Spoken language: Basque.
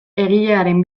egilearen